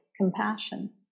compassion